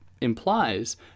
implies